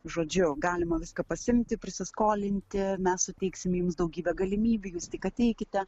žodžiu galima viską pasiimti prisiskolinti mes suteiksim jums daugybę galimybių jūs tik ateikite